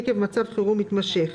עקב מצב חירום מתמשך,